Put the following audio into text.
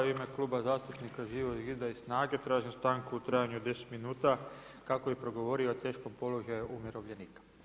U ime Kluba zastupnika Živog zida i SNAGA-e tražim stanku u trajanju od deset minuta kako bi progovorio o teškom položaju umirovljenika.